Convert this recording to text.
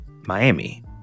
miami